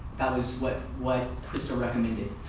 that was what what crystal recommended.